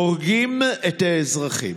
הורגים את האזרחים.